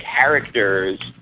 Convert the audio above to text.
characters